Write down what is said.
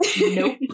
Nope